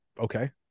okay